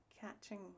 catching